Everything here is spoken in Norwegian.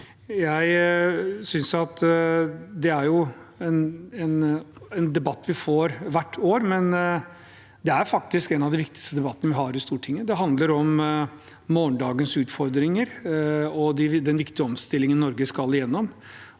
Jeg synes at det er en debatt vi får hvert år, men det er faktisk en av de viktigste debattene vi har i Stortinget. Det handler om morgendagens utfordringer og den viktige omstillingen Norge skal gjennom.